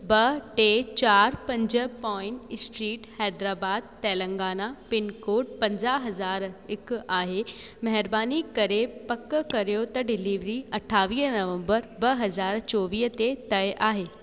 ॿ टे चारि पंज पोईन स्ट्रीट हैदराबाद तेलांगाना पिनकोड पंजाह हज़ार हिकु आहे महेरबानी करे पक कर्यो त डिलीवरी अठावीह नवंबर ब हज़ार चोवीह ते तय आहे